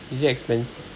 is it expensi~